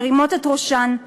מעלות את ראשן,